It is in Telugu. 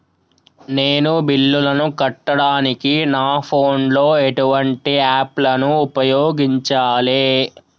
నేను బిల్లులను కట్టడానికి నా ఫోన్ లో ఎటువంటి యాప్ లను ఉపయోగించాలే?